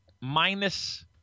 Minus